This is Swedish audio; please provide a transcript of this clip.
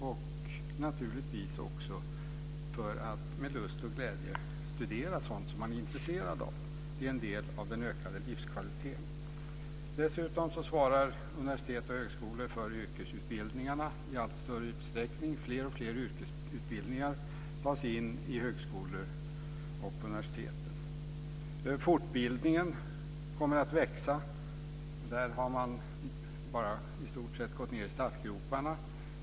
Det krävs naturligtvis också för att med lust och glädje studera sådant man är intresserad av. Det är en del av den ökade livskvaliteten. Dessutom svarar universitet och högskolor för yrkesutbildningarna i allt större utsträckning. Alltfler yrkesutbildningar tas in i högskolor och på universiteten. Fortbildningen kommer att växa. Där har man i stort sett bara gått ned i startgroparna.